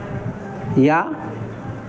या